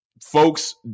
folks